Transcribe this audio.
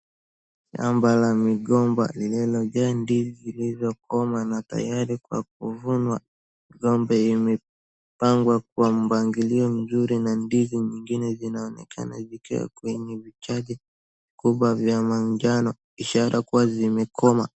Shamba la migomba lililojaa ndizi zilikomaa na tayari kwa kuvunwa. Migomba imepangwa kwa mpangilio mzuri na ndizi nyingine zinaonekana zikiwa kwenye vichaju kubwa vya manjano ishara kuwa zimekomaa.